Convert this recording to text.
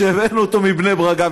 שהבאנו אותו מבני ברק,